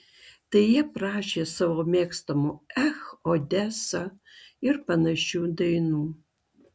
tai jie prašė savo mėgstamų ech odesa ir panašių dainų